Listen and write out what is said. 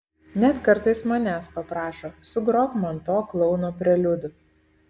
net kartais manęs paprašo sugrok man to klouno preliudų